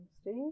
Steve